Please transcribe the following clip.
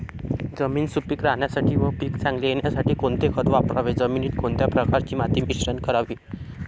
जमीन सुपिक राहण्यासाठी व पीक चांगले येण्यासाठी कोणते खत वापरावे? जमिनीत कोणत्या प्रकारचे माती मिश्रण करावे?